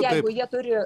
jeigu jie turi